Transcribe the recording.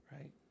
Right